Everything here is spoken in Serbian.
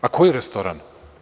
A koji restoran?